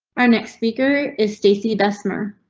our next speaker is stacy bessemer.